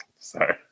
Sorry